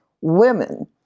women